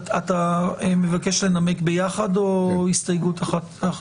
אתה מבקש לנמק ביחד או הסתייגות אחת?